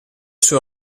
sue